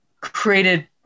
created